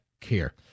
care